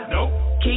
Nope